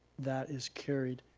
that is carried.